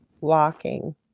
walking